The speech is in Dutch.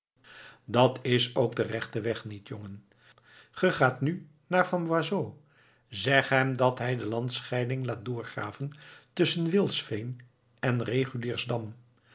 dat is ook de rechte weg niet jongen ge gaat nu naar van boisot zeg hem dat hij de landscheiding laat doorgraven tusschen wilsveen en reguliersdam